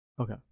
Okay